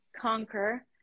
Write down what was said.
conquer